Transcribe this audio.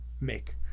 make